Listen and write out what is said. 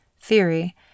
theory